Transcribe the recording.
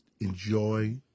enjoy